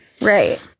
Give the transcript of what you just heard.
Right